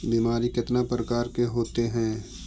बीमारी कितने प्रकार के होते हैं?